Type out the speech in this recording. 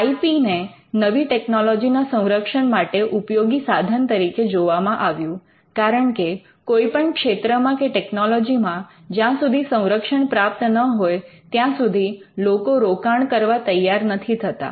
આઈ P ને નવી ટેકનોલોજીના સંરક્ષણ માટે ઉપયોગી સાધન તરીકે જોવામાં આવ્યું કારણકે કોઈ પણ ક્ષેત્રમાં કે ટેકનોલોજીમાં જ્યાં સુધી સંરક્ષણ પ્રાપ્ત ના હોય ત્યાં સુધી લોકો રોકાણ કરવા તૈયાર નથી થતા